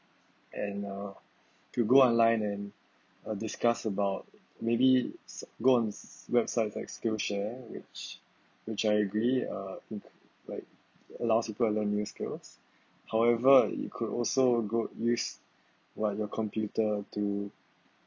and uh to go online and uh discuss about maybe go on websites like skillshare which which I agree uh like allows people to learn new skills however you could also go use what your computer to